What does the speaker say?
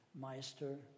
Meister